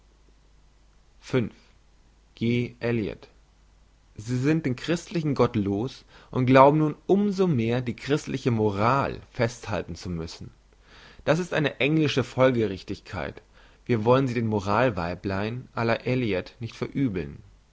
sie sind den christlichen gott los und glauben nun um so mehr die christliche moral festhalten zu müssen das ist eine englische folgerichtigkeit wir wollen sie den moral weiblein la eliot nicht verübeln